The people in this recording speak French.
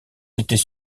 n’était